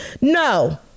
No